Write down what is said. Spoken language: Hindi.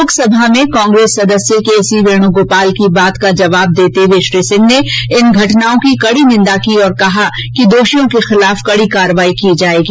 लोकसभा में कांग्रेस सदस्य के सी वेण्गोपाल की बात का जवाब देते हुए श्री सिंह ने इन घटनाओं की कड़ी निंदा की और कहा कि दोषियों के खिलाफ कड़ी कार्रवाई की जाएगी